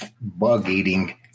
bug-eating